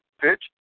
pitch